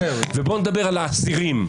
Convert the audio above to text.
ובואו נדבר על האסירים.